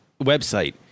website